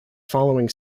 following